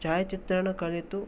ಛಾಯಾಚಿತ್ರಣ ಕಲಿತು